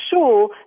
sure